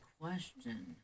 question